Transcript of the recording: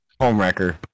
Homewrecker